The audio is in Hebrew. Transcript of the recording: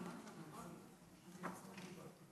מי מציע אותה?